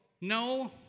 No